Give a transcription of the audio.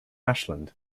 ashland